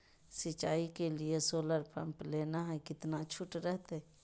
सिंचाई के लिए सोलर पंप लेना है कितना छुट रहतैय?